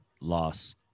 loss